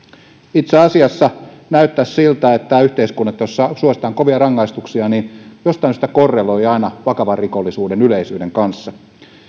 itse asiassa näyttäisi siltä että yhteiskunta jossa suositaan kovia rangaistuksia jostain syystä korreloi aina vakavan rikollisuuden yleisyyden kanssa